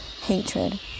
Hatred